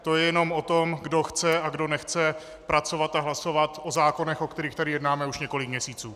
To je jenom o tom, kdo chce a kdo nechce pracovat a hlasovat o zákonech, o kterých tady jednáme už několik měsíců.